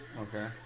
Okay